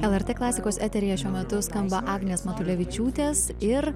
lrt klasikos eteryje šiuo metu skamba agnės matulevičiūtės ir